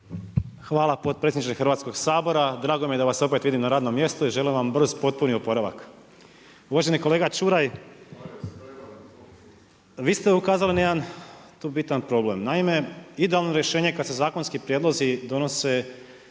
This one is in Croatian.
Hvala potpredsjedniče Hrvatskog sabora. Drago mi je da vas opet vidim na radnom mjestu i želim vam brz potpuni oporavak. Uvaženi kolega Čuraj, vi ste ukazali na jedan tu bitan problem. Naime, idealno rješenje kad se zakonski prijedlozi donose